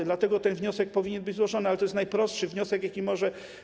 I dlatego ten wniosek powinien być złożony, ale to jest najprostszy wniosek, jaki może być.